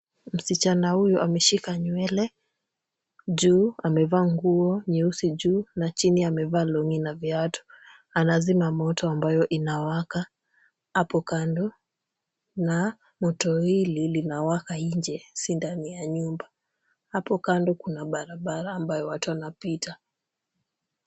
Msichana huyu ameshika nywele juu, amevaa nguo nyeusi juu na chini amevaa long'i na viatu. Anazima moto ambayo inawaka hapo kando na moto hili linawaka nje si ndani ya nyumba. Hapo kando kuna barabara ambayo watu wanapita.